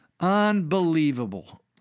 Unbelievable